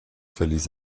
verließ